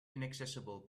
inaccessible